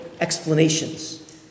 explanations